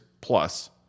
plus